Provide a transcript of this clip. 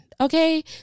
Okay